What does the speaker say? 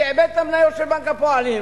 שעבד את המניות של בנק הפועלים